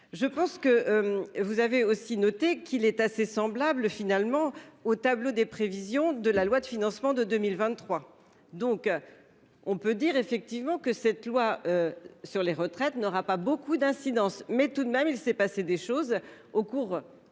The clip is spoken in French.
Je pense que vous avez aussi noté qu'il est assez semblable finalement au tableau des prévisions de la loi de financement de 2023 donc. On peut dire effectivement que cette loi. Sur les retraites n'aura pas beaucoup d'incidence mais tout de même, il s'est passé des choses au cours de ces